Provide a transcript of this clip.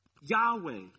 Yahweh